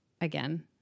again